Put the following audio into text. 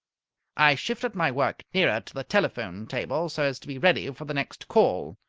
i shifted my work nearer to the telephone-table so as to be ready for the next call.